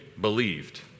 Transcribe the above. believed